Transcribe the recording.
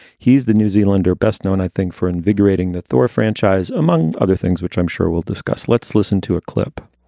he's the new zealander best known, i think, for invigorating the thor franchise, among other things, which i'm sure we'll discuss. let's listen to a clip